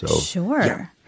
Sure